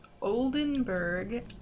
Oldenburg